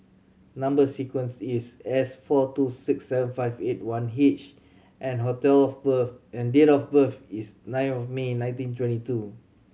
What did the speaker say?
number sequence is S four two six seven five eight one H and hotel of birth and date of birth is nine of May nineteen twenty two